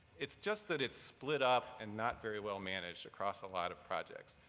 it's just that it's split up and not very well managed across a lot of projects.